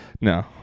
No